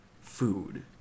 food